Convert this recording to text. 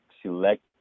select